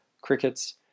crickets